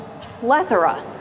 plethora